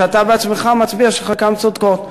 שאתה בעצמך מצביע שחלקן צודקות.